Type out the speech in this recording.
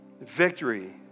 Victory